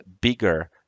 bigger